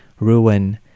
ruin